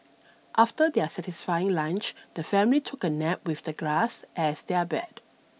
after their satisfying lunch the family took a nap with the grass as their bed